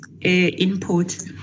input